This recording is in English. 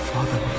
Father